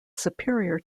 superior